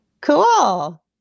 Cool